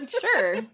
Sure